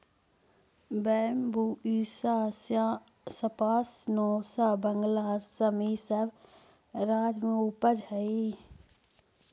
Bambusa spinosa Bengal, Assam इ सब राज्य में उपजऽ हई